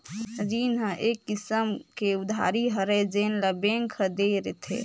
रीन ह एक किसम के उधारी हरय जेन ल बेंक ह दे रिथे